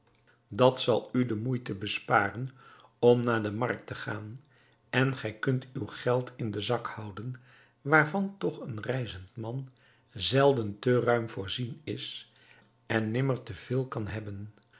dat zal u de moeite besparen om naar de markt te gaan en gij kunt uw geld in den zak houden waarvan toch een reizend man zelden te ruim voorzien is en nimmer te veel kan hebben